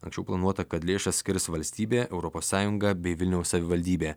anksčiau planuota kad lėšas skirs valstybė europos sąjunga bei vilniaus savivaldybė